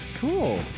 Cool